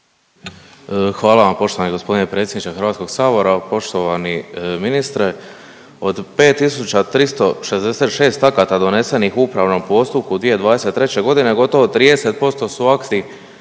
Hvala vam g. predsjedniče HS-a. Poštovani ministre. Od 5.366 akata donesenih u upravnom postupku 2023.g., gotovo 30% su akti